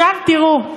עכשיו, תראו,